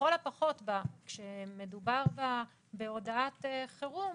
לכל הפחות, כשמדובר בהודעת חירום,